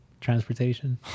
transportation